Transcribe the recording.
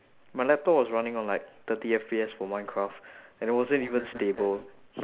my laptop was running on like thirty F_P_S for minecraft and it wasn't even stable